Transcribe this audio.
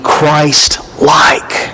Christ-like